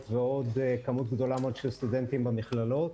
ועוד כמות גדולה מאוד של סטודנטים במכללות.